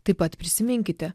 taip pat prisiminkite